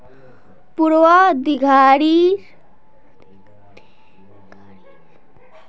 पूर्वाधिकारी शेयर बालार ब्याज दर समझना एकटा भारी हिसाब छै